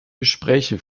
gespräche